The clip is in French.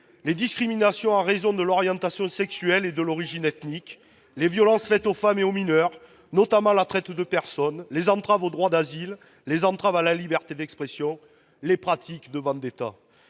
les discriminations en raison de l'orientation sexuelle et de l'origine ethnique, les violences faites aux femmes et aux mineurs, notamment la traite de personnes, les entraves au droit d'asile, les entraves à la liberté d'expression, les pratiques de vendetta.